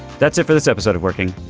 that's it for this episode of working.